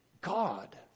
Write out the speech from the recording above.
God